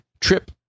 trip